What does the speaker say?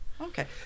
Okay